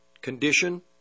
condition